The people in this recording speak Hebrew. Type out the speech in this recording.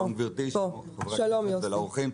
שלום גברתי, שלום חברי הכנסת והאורחים.